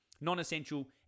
Non-essential